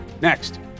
Next